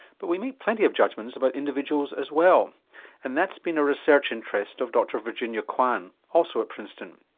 but we meet plenty of judgments about individuals as well and that's been a research interest of dr virginia kwan, also at princeton.